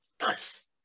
Nice